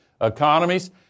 economies